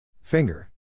Finger